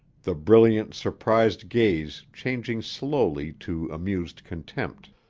the brilliant, surprised gaze changing slowly to amused contempt.